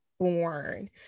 born